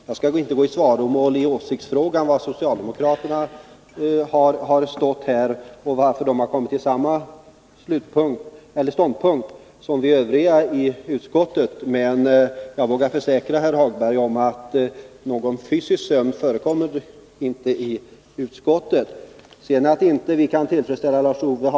Jag skall inte gå i svaromål vad gäller socialdemokraternas åsikt om anledningen till att de kommit att inta samma ståndpunkt som vi övriga i utskottet, men jag vågar försäkra herr Hagberg att någon sömn i fysisk bemärkelse har inte förekommit i utskottet.